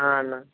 అన్న